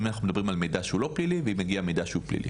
אם אנחנו מדברים על מידע שהוא לא פלילי ואם מגיע מידע שהוא פלילי.